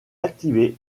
activé